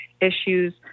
issues